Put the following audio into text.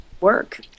work